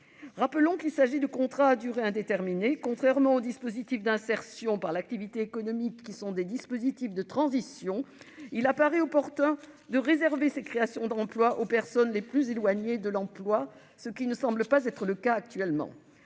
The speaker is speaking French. Rappelons-le, il s'agit de contrats à durée indéterminée, contrairement aux dispositifs d'insertion par l'activité économique, qui sont des dispositifs de transition. Il paraît opportun de réserver ces créations d'emploi aux personnes les plus éloignées de l'emploi, ce qui ne semble pas être le cas actuellement.